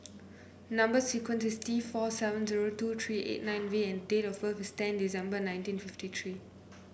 number sequence is T four seven zero two three eight nine V and date of birth is ten December nineteen fifty three